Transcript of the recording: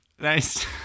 Nice